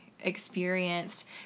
experienced